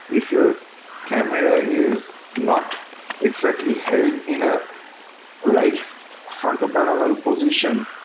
if your camera is not exactly held in a right front of parallel position,